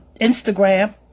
Instagram